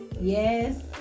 Yes